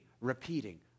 repeating